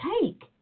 take